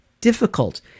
difficult